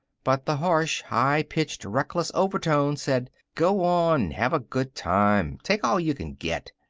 but the harsh, high-pitched, reckless overtone said, go on! have a good time. take all you can get.